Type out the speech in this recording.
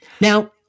Now